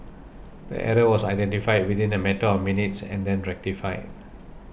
the error was identified within a matter of minutes and then rectified